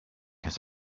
his